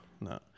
no